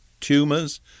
Tumors